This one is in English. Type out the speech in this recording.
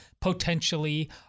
potentially